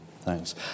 Thanks